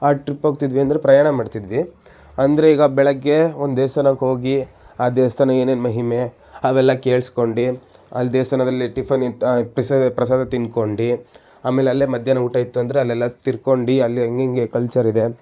ಆ ಟ್ರಿಪ್ ಹೋಗ್ತಿದ್ವಿ ಅಂದರೆ ಪ್ರಯಾಣ ಮಾಡ್ತಿದ್ವಿ ಅಂದರೆ ಈಗ ಬೆಳಗ್ಗೆ ಒಂದು ದೇವಸ್ಥಾನಕ್ಕೆ ಹೋಗಿ ಆ ದೇವಸ್ಥಾನ ಏನೇನು ಮಹಿಮೆ ಅವೆಲ್ಲ ಕೇಳ್ಸ್ಕೊಂಡು ಅಲ್ಲಿ ದೇವಸ್ಥಾನದಲ್ಲಿ ಟಿಫನ್ ಇತ್ತಾ ಪಿಸಾ ಪ್ರಸಾದ ತಿನ್ಕೊಂಡು ಆಮೇಲಲ್ಲೇ ಮಧ್ಯಾಹ್ನ ಊಟ ಇತ್ತು ಅಂದರೆ ಅಲ್ಲೆಲ್ಲ ತಿರ್ಕೊಂಡು ಅಲ್ಲೇ ಹೇಗೇಗೆ ಕಲ್ಚರ್ ಇದೆ